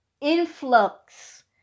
influx